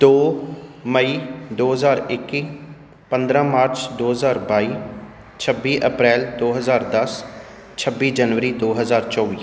ਦੋ ਮਈ ਦੋ ਹਜ਼ਾਰ ਇੱਕੀ ਪੰਦਰਾਂ ਮਾਰਚ ਦੋ ਹਜ਼ਾਰ ਬਾਈ ਛੱਬੀ ਅਪ੍ਰੈਲ ਦੋ ਹਜ਼ਾਰ ਦਸ ਛੱਬੀ ਜਨਵਰੀ ਦੋ ਹਜ਼ਾਰ ਚੌਵੀ